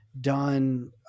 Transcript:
done